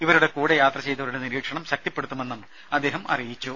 ഇവരുടെ കൂടെ യാത്ര ചെയ്തവരുടെ നിരീക്ഷണം ശക്തിപ്പെടുത്തുമെന്നും അദ്ദേഹം അറിയിച്ചു